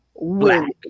Black